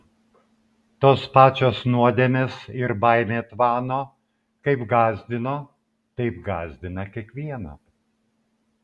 tos pačios nuodėmės ir baimė tvano kaip gąsdino taip gąsdina kiekvieną